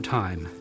time